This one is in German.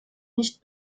nicht